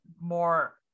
more